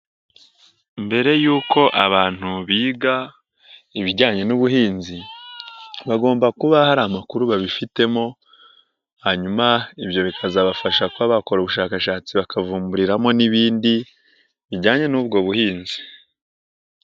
Mbere y'uko abantu biga ibijyanye n'ubuhinzi, bagomba kuba hari amakuru babifitemo, hanyuma ibyo bikazabafasha kuba bakora ubushakashatsi bakavumburiramo n'ibindi bijyanye n'ubwo buhinzi.